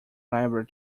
library